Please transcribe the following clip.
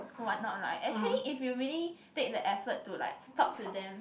what not lah actually if you really take the effort to like talk to them